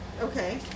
Okay